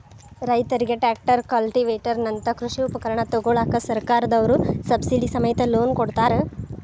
ರೈತರಿಗೆ tractor, cultivator ನಂತ ಕೃಷಿ ಉಪಕರಣ ತೊಗೋಳಾಕ ಸರ್ಕಾರದವ್ರು ಸಬ್ಸಿಡಿ ಸಮೇತ ಲೋನ್ ಕೊಡ್ತಾರ